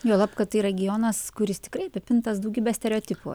juolab kad tai regionas kuris tikrai apipintas daugybe stereotipų